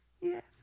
Yes